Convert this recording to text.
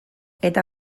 eta